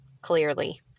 clearly